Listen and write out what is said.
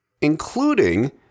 including